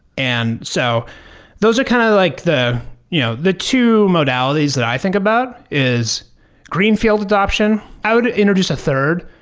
and so those are kind of like the yeah the two modalities that i think about is greenfield adoption. i would introduce a third,